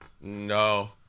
No